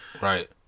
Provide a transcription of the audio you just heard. Right